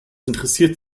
interessiert